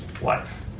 life